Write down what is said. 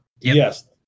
Yes